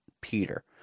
Peter